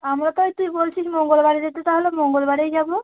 আমরা তো এই তুই বলছিস মঙ্গলবারে যেতে তাহলে মঙ্গলবারেই যাবো